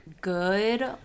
Good